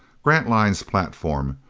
grantline's platform,